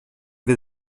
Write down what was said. wir